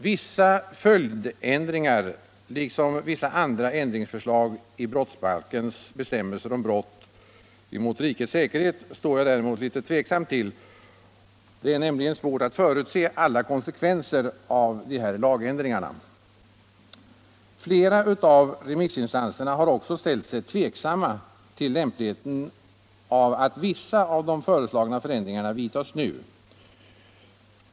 Vissa följdändringar liksom vissa andra ändringsförslag i brottsbalkens bestämmelser om brott mot rikets säkerhet står jag däremot litet tveksam till. Det är nämligen svårt att förutse alla konsekvenser av de här lagändringarna. Flera av remissinstanserna har också ställt sig tveksamma till lämpligheten av att vissa av de föreslagna förändringarna vidtas nu.